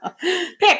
Pick